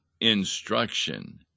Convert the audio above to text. instruction